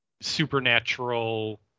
supernatural